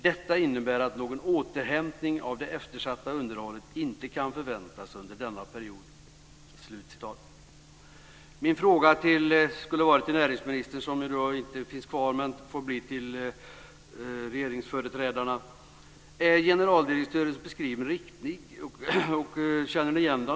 Detta innebär att någon återhämtning av det eftersatta underhållet inte kan förväntas under denna period." Min fråga skulle ha ställts till näringsministern, men han finns ju inte kvar här, så den får riktas till regeringsföreträdarna: Är generaldirektörens beskrivning riktig, och känner ni igen den?